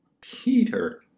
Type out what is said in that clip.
Peter